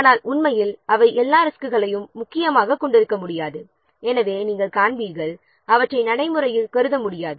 ஆனால் உண்மையில் எல்லா ரிஸ்க்குகளையும் முக்கியமாக நடைமுறையில் சமமாக கருத முடியாது